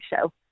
show